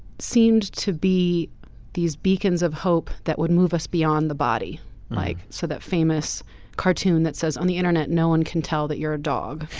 seemed to be these beacons of hope that would move us beyond the body like so that famous cartoon that says on the internet no one can tell that you're a dog.